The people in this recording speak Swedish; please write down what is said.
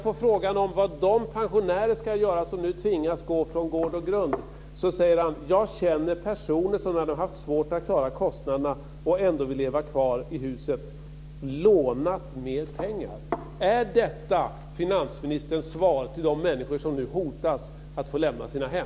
På frågan om vad de pensionärer ska göra som nu tvingas gå från gård och grund säger han: Jag känner personer som när de haft svårt att klara kostnaderna och ändå vill leva kvar i huset lånat mer pengar. Är detta finansministerns svar till de människor som nu hotas av att få lämna sina hem?